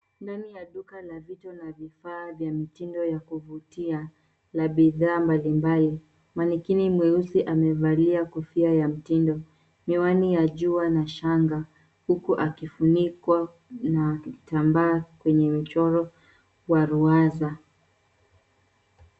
Ndani ya duka la vitu na vifaa vya mitindo ya kuvutia la bidhaa mbalimbali. Manekini mweusi amevalia kofia ya mtindo, miwani ya jua na shanga, huku akifunikwa Kwa kitambaa lenye michoro ya ruwaza.